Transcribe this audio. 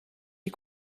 est